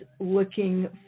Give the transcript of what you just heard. looking